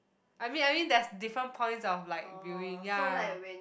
I mean I mean there's different points of like viewing ya